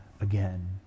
again